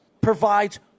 provides